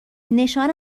نشان